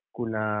Kuna